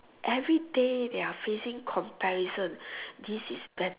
everyday they are facing comparison this is bet